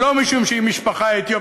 ולא משום שהיא משפחה אתיופית,